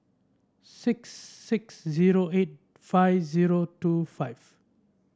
six six zero eight five zero two five